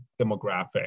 demographic